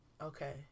Okay